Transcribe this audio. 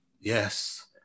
Yes